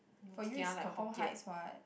for you is confirm height is what